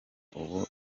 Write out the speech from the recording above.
ubu